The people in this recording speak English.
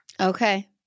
Okay